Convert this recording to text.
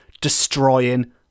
destroying